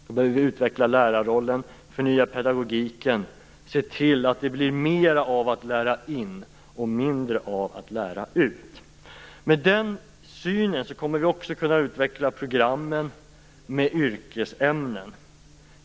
Då behöver vi utveckla lärarrollen, förnya pedagogiken och se till att det blir mer av att lära in och mindre av att lära ut. Med den synen kommer vi också att kunna utveckla programmen med yrkesämnen.